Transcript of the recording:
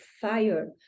fire